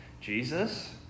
Jesus